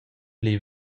pli